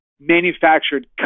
manufactured